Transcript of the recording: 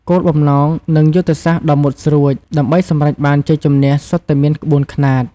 គោលបំណង និងយុទ្ធសាស្ត្រដ៏មុតស្រួច ដើម្បីសម្រេចបានជ័យជម្នះសុទ្ធតែមានក្បួនខ្នាត។